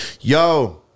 Yo